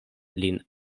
lin